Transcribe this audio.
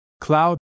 cloud